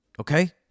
Okay